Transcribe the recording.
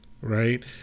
right